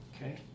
Okay